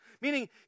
Meaning